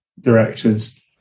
directors